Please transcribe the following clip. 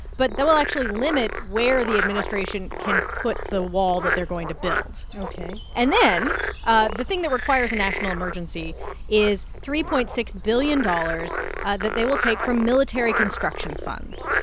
but that will actually limit where the administration can put the wall that they're going to build ok and then ah the thing that requires a national emergency is three point six billion dollars ah that they will take from military construction funds.